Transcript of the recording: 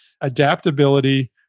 adaptability